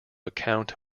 account